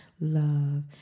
love